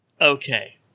okay